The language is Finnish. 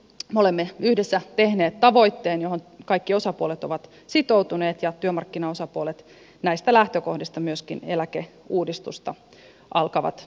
me olemme yhdessä tehneet tavoitteen johon kaikki osapuolet ovat sitoutuneet ja työmarkkinaosapuolet näistä lähtökohdista eläkeuudistusta alkavat neuvottelemaan